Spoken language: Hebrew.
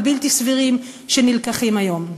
הבלתי-סבירים שנלקחים היום.